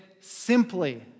simply